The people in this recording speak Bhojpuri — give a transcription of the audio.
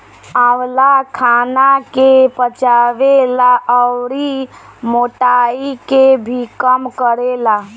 आंवला खाना के पचावे ला अउरी मोटाइ के भी कम करेला